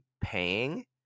paying